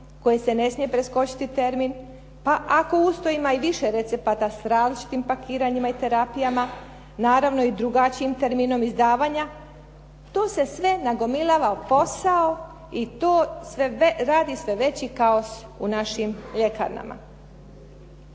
koje se ne smije preskočiti termin, pa ako uz to ima i više recepata s različitim pakiranja i terapijama, naravno i drugačijim terminom izdavanja to se sve nagomilava posao i to radi sve veći kaos u našim ljekarnama.